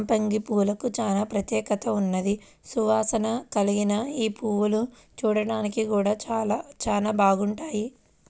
సంపెంగ పూలకు చానా ప్రత్యేకత ఉన్నది, సువాసన కల్గిన యీ పువ్వులు చూడ్డానికి గూడా చానా బాగుంటాయి